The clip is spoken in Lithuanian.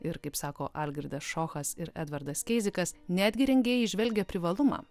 ir kaip sako algirdas šochas ir edvardas keizikas netgi rengėjai įžvelgia privalumą